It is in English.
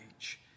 age